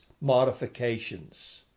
modifications